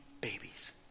babies